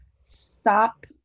stop